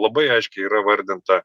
labai aiškiai yra vardinta